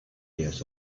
years